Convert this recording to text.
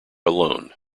alone